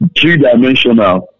three-dimensional